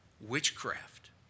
witchcraft